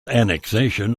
annexation